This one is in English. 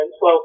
12